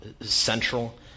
central